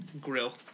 grill